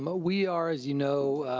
um ah we are, as you know,